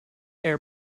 air